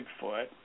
Bigfoot